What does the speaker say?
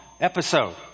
episode